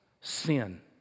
sin